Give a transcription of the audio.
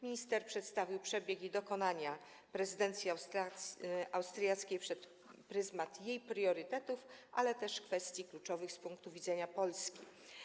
Minister przedstawił przebieg i dokonania prezydencji austriackiej przez pryzmat jej priorytetów, ale też kwestii kluczowych z punktu widzenia Polski.